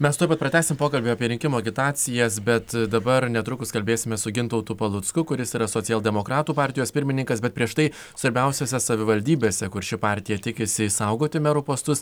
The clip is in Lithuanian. mes tuoj pat pratęsim pokalbį apie rinkimų agitacijas bet dabar netrukus kalbėsime su gintautu palucku kuris yra socialdemokratų partijos pirmininkas bet prieš tai svarbiausiose savivaldybėse kur ši partija tikisi išsaugoti merų postus